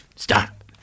Stop